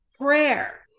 prayer